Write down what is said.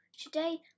today